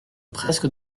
presque